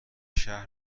شهر